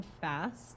fast